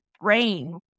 brain